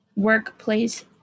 workplace